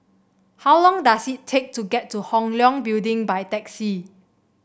how long does it take to get to Hong Leong Building by taxi